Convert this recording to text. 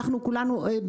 אנחנו כולנו בתוך עמנו חיים.